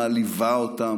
מעליבה אותם,